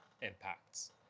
impacts